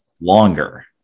longer